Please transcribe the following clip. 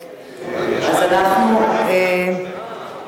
חוק לתיקון פקודת מס הכנסה